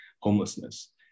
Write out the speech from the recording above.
homelessness